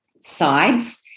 sides